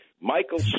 Michael